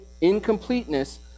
incompleteness